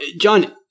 John